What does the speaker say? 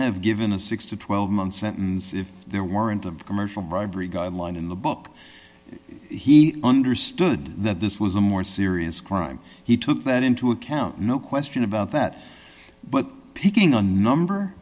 have given a six to twelve months sentence if there weren't of commercial bribery guideline in the book he understood that this was a more serious crime he took that into account no question about that but picking a number